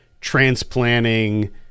transplanting